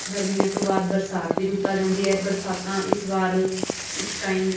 ਗਰਮੀਆਂ ਤੋਂ ਬਾਅਦ ਬਰਸਾਤ ਦੀ ਰੁੱਤ ਆ ਜਾਂਦੀ ਹੈ ਬਰਸਾਤਾਂ ਇਸ ਵਾਰ ਇਸ ਟਾਈਮ